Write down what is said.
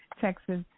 Texas